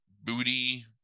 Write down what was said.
booty